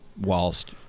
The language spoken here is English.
whilst